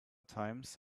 times